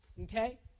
Okay